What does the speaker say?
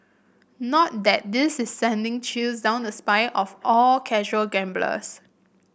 not that this is sending chills down the spines of all casual gamblers